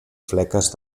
fleques